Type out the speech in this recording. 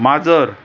माजर